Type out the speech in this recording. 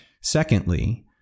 Secondly